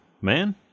man